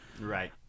Right